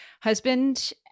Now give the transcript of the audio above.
husband